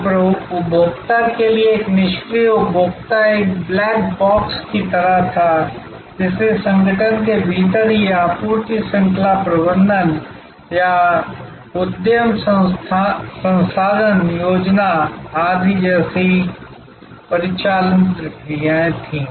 तो उपभोक्ता के लिए एक निष्क्रिय उपभोक्ता एक ब्लैक बॉक्स की तरह था इसलिए संगठन के भीतर ही आपूर्ति श्रृंखला प्रबंधन या उद्यम संसाधन योजना आदि जैसी परिचालन प्रक्रियाएं थीं